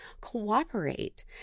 cooperate